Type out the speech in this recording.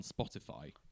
spotify